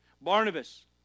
Barnabas